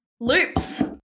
Loops